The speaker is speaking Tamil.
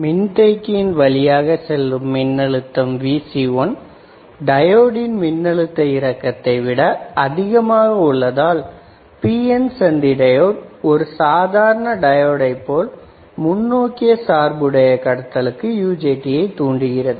மின்தேக்கியின் வழியாக செல்லும் மின்னழுத்தம் Vc1 டையோடின் மின்னழுத்த இறக்கத்தை விட அதிகமாக உள்ளதால் PN சந்தி டையோடு ஒரு சாதாரண டையோடைப் போல் முன்னோக்கிய சார்பு உடைய கடத்தலுக்கு UJT யை தூண்டுகிறது